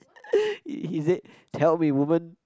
he he say tell me woman